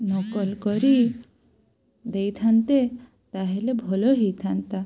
ନକଲ କରି ଦେଇଥାନ୍ତେ ତା'ହେଲେ ଭଲ ହେଇଥାନ୍ତା